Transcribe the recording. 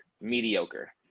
mediocre